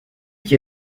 qui